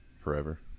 forever